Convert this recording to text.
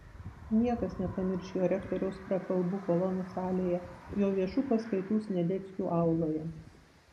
niekas nepamirš jo rektoriaus prakalbų kolonų salėje jo viešų paskaitų sniadeckių auloje